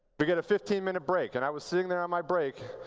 we get a fifteen minute break. and i was sitting there on my break,